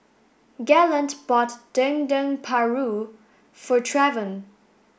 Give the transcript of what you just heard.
Galen bought dendeng paru for Travon